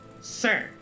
Sir